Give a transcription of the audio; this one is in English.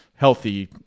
healthy